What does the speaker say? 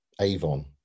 Avon